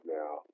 now